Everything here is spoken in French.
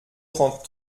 trente